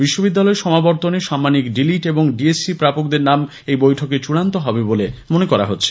বিশ্ববিদ্যালয়ের সমাবর্তনে সাম্মানিক ডি লিট এবং ডি এসসি প্রাপকদের নাম এই বৈঠকে চূড়ান্ত হবে বলে মনে করা হচ্ছে